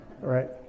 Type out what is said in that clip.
right